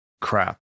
crap